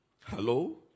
Hello